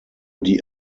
die